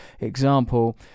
example